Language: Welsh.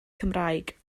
cymraeg